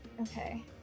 okay